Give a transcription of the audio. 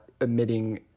emitting